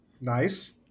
Nice